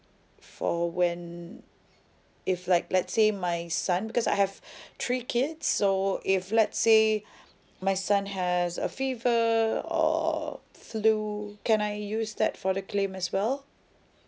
for when if like let's say my son because I have three kids so if let's say my son has a fever or flu can I use that for the claim as well